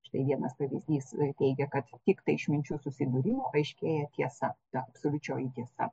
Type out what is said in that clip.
štai vienas pavyzdys teigia kad tiktai išminčių susibūrimo aiškėja tiesa ta absoliučioji tiesa